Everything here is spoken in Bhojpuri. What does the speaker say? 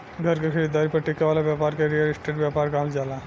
घर के खरीदारी पर टिके वाला ब्यपार के रियल स्टेट ब्यपार कहल जाला